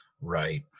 Right